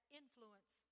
influence